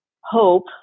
hope